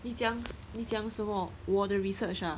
你讲你讲什么我的 the research ah